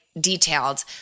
detailed